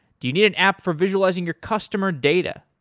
do you need an app for visualizing your customer data?